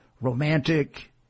romantic